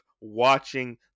watching